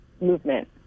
movement